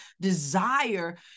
desire